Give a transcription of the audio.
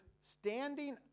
standing